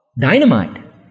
dynamite